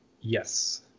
Yes